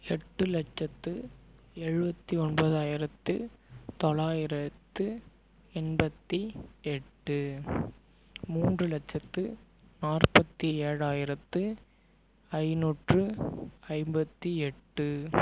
எட்டுலட்சத்து எழுபத்தி ஒன்பதாயிரத்து தொளாயிரத்து எண்பத்தி எட்டு மூன்றுலட்சத்து நாற்பத்தி ஏழாயிரத்து ஐநூற்று ஐம்பத்தி எட்டு